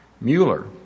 Mueller